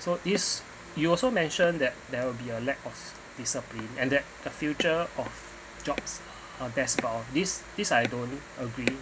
so this you also mentioned that there will be a lack of discipline and that the future of jobs are desk-bound this this I don't agree